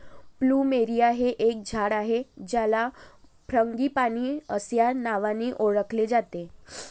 plumeria हे एक झाड आहे ज्याला फ्रँगीपानी अस्या नावानी ओळखले जाते